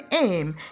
aim